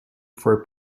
for